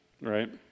right